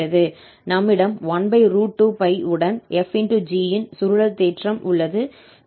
நம்மிடம் 1√2π உடன் 𝑓 ∗g ன் சுருளல் தேற்றம் உள்ளது